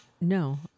No